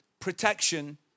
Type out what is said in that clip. Protection